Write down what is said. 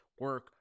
Work